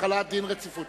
להחיל דין רציפות